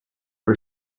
for